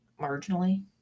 marginally